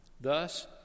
Thus